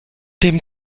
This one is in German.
dem